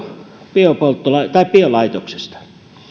biolaitoksesta biolaitoksesta